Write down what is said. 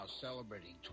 celebrating